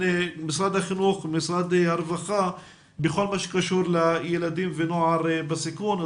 משרד החינוך ומשרד הרווחה בכל מה שקשור לילדים ונוער בסיכון,